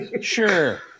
Sure